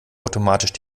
automatisch